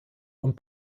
und